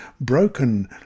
broken